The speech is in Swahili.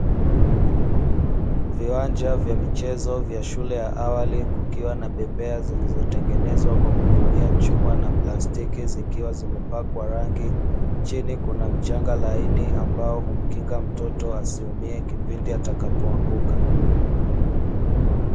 Viwanja vya michezo vya shule ya awali, kukiwa na bembea zilizotengenezwa kwa kutumia chuma na plastiki, zikiwa zimepakwa rangi. Chini kuna mchanga laini ambao humkinga mtoto asiumie, kipindi atakapoanguka.